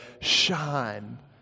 shine